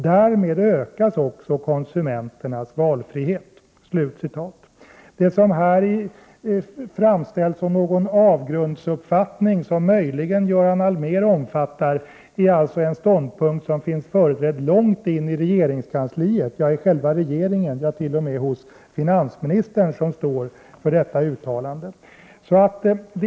Därmed ökas också konsumenternas valfrihet.” Det som i dag har framställts som en avgrundsuppfattning, som möjligen Göran Allmér omfattar, är alltså en ståndpunkt som finns företrädd långt in i regeringskansliet, hos själva regeringen. T.o.m. finansministern står för detta uttalande.